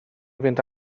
fynd